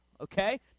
Okay